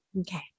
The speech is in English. okay